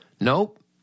Nope